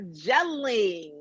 gelling